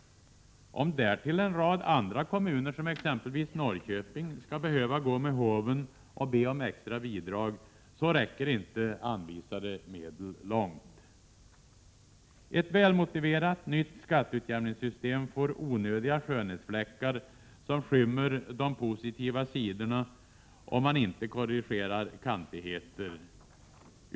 Om därtill en rad andra kommuner — exempelvis Norrköping — skall behöva gå med håven och be om extra bidrag räcker inte anvisade medel långt. Ett välmotiverat nytt skatteutjämningssystem får onödiga skönhetsfläckar som skymmer de positiva sidorna, om inte kantigheter korrigeras.